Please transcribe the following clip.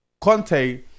Conte